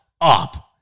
up